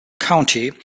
county